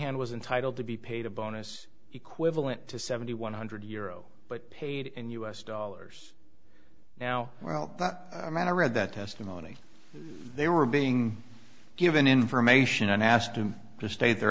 han was entitled to be paid a bonus equivalent to seventy one hundred euro but paid in u s dollars now well man i read that testimony they were being given information and asked him to state the